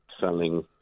selling